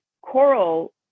coral